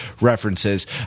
references